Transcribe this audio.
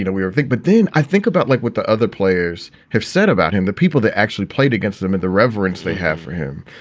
you know we um think. but then i think about like what the other players have said about him, the people that actually played against him and the reverence they have for him.